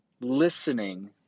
listening